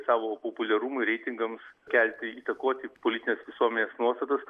savo populiarumui reitingams kelti ir įtakoti politinės visuomenės nuostatas